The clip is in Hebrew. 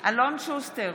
שוסטר,